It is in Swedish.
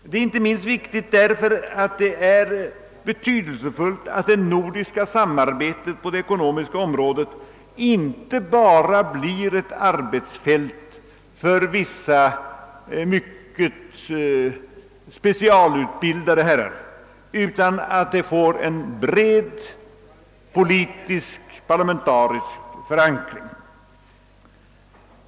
Detta är inte minst viktigt, eftersom det är betydelsefullt att det nordiska samarbetet på det ekonomiska området inte blir ett arbetsfält för vissa mycket specialutbildade herrar, utan ges en bred politisk parlamentarisk förankring.